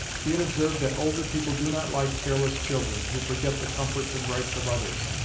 he had observed that older people do not like careless children, who forget the comforts and rights of others.